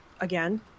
again